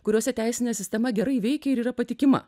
kuriose teisinė sistema gerai veikia ir yra patikima